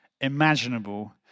imaginable